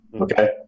Okay